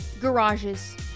garages